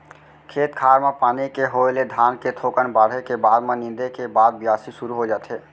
खेत खार म पानी के होय ले धान के थोकन बाढ़े के बाद म नींदे के बाद बियासी सुरू हो जाथे